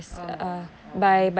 ஆமாவா:aamaavaa oh